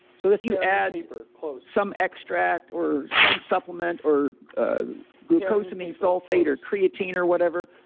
so if you add some extract or some supplement or ah glucosamine sulfate or creatine or whatever,